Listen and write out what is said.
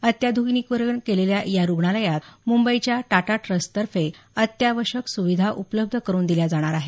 अत्याधुनिकीकरण केलेल्या या रुग्णालयात मुंबईच्या टाटा ट्रस्ट तर्फे अत्यावश्यक सुविधा उपलब्ध करुन दिल्या जाणार आहेत